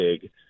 big